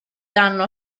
danno